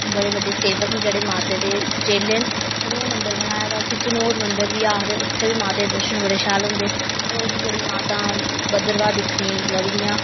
बड़े बड्डे सेवक न जेह्ड़े माता दे चेले न उनें ओह् मंदर बनाए दा उसी चनोद मंदर बी आखदे उत्थें बी माता दे दर्शन बड़े शैल होंदे होर बी बड़ी मातां भद्रवाह दिक्खने गी लभदियां